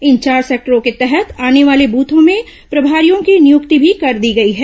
इन चार सेक्टरों के तहत आने वाले ब्रथों में प्रभारियों की नियुक्ति भी कर दी गई है